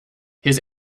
his